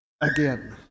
again